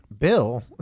Bill